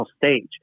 stage